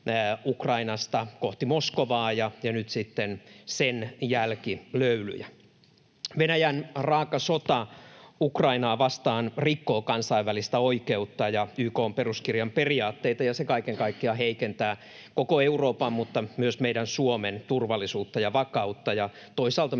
Ukrainasta kohti Moskovaa ja nyt sitten sen jälkilöylyjä. Venäjän raaka sota Ukrainaa vastaan rikkoo kansainvälistä oikeutta ja YK:n peruskirjan periaatteita, ja se kaiken kaikkiaan heikentää koko Euroopan mutta myös meidän Suomen turvallisuutta ja vakautta